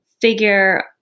figure